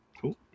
Cool